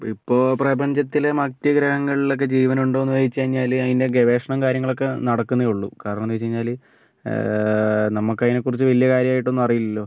ഇപ്പിപ്പോൾ പ്രപഞ്ചത്തിലെ മറ്റ് ഗ്രഹങ്ങളിലൊക്കെ ജീവനുണ്ടോ എന്ന് ചോദിച്ച് കഴിഞ്ഞാൽ അതിൻ്റെ ഗവേഷണം കാര്യങ്ങളൊക്കെ നടക്കുന്നേ ഉള്ളു കാരണം എന്ന് വെച്ച് കഴിഞ്ഞാൽ നമുക്ക് അതിനെ കുറിച്ച് വലിയ കാര്യമായിട്ടൊന്നും അറിയില്ലല്ലോ